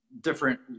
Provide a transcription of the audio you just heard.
different